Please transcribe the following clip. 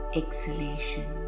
exhalation